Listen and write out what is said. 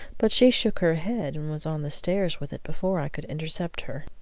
but she shook her head, and was on the stairs with it before i could intercept her.